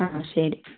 ആ ശരി